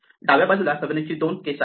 डाव्या बाजूला Fibonacci 2 case आहे